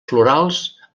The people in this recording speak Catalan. florals